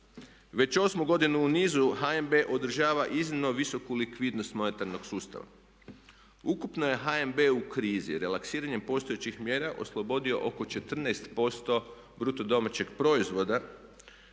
Već 8.-mu godinu u nizu HNB održava iznimno visoku likvidnost monetarnog sustava. Ukupno je HNB u krizi relaksiranjem postojećih mjera oslobodio oko 14% BDP-a likvidnosti.